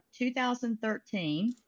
2013